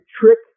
trick